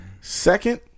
Second